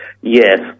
Yes